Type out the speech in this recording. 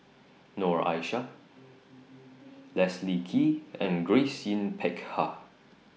Noor Aishah Leslie Kee and Grace Yin Peck Ha